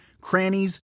crannies